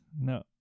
No